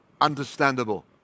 understandable